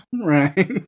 Right